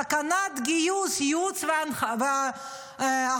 סכנת גיוס, ייעוץ והכוונה.